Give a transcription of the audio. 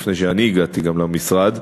לפני שאני הגעתי למשרד,